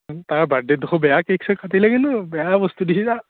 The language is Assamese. তাৰ বাৰ্ডেত দেখোন বেয়া কেক চেক কাটিলে কিন্তু বেয়া বস্তু দিছে তাক